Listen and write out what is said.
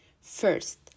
First